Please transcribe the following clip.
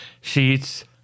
sheets